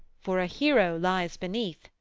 for a hero lies beneath,